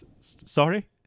Sorry